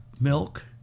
milk